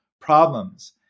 problems